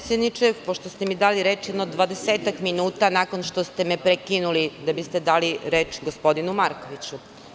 Potpredsedniče, pošto ste mi dali reč jedno 20-ak minuta nakon što ste me prekinuli, da biste dali reč gospodinu Markoviću.